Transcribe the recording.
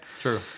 True